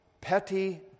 petty